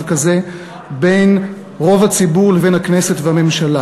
כזה בין רוב הציבור לבין הכנסת והממשלה.